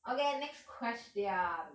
okay next question